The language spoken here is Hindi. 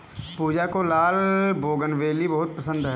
पूजा को लाल बोगनवेलिया बहुत पसंद है